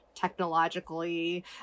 technologically